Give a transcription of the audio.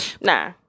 nah